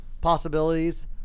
possibilities